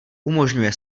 umožňuje